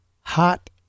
hot